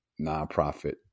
nonprofit